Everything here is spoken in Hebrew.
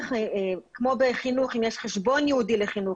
כמו בחינוך אם יש חשבון ייעודי לחינוך,